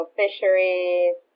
fisheries